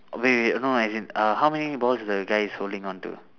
wait wait no as in uh how many balls the guy is holding onto